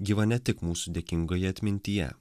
gyva ne tik mūsų dėkingoje atmintyje